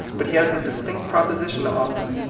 but he has a distinct proposition to oflfer.